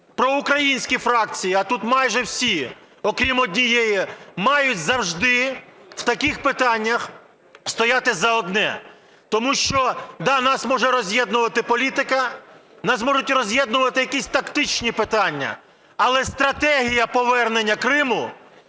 проукраїнські фракції, а тут майже всі, окрім однієї, мають завжди в таких питаннях стояти за одне, тому що, да, нас може роз'єднувати політика, нас можуть роз'єднувати якісь тактичні питання, але стратегія повернення Криму,